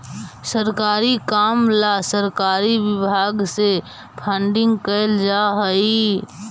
सरकारी काम ला सरकारी विभाग से फंडिंग कैल जा हई